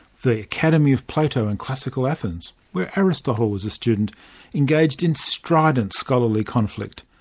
the academy of plato in classical athens where aristotle was a student engaged in strident scholarly conflict.